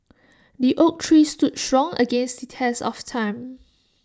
the oak tree stood strong against the test of time